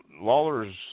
Lawler's